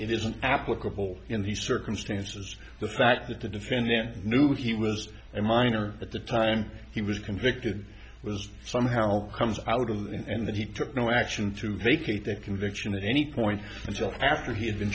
it isn't applicable in the circumstances the fact that the defendant knew he was a minor at the time he was convicted was somehow comes out of that and that he took no action to vacate the conviction at any point until after he had been